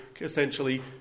essentially